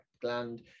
gland